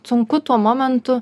sunku tuo momentu